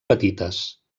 petites